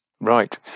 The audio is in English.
Right